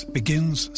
begins